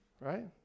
Right